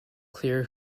clear